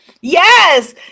yes